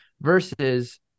versus